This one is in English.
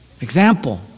Example